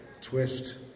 Twist